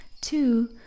two